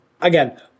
Again